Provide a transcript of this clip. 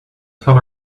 tell